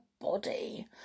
body